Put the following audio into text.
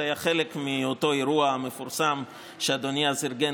זה היה חלק מאותו האירוע המפורסם שאדוני אז ארגן